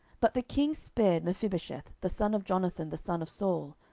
but the king spared mephibosheth, the son of jonathan the son of saul,